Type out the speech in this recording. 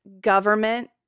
government